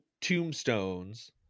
tombstones